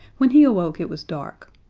when he awoke it was dark.